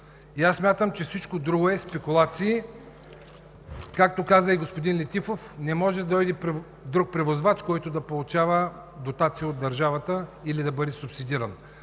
Смятам, че всичко друго е спекулация. Както каза и господин Летифов, не може да дойде друг превозвач и да получава дотации от държавата или да бъде субсидиран.